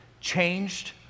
changed